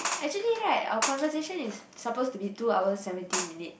actually right our conversation is supposed to be two hours seventeen minutes